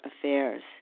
affairs